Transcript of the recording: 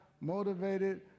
motivated